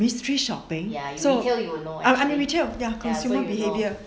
mystery shopping so I'm in retail ya consumer behaviour